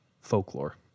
folklore